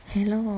Hello